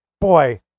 boy